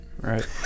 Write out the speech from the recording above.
Right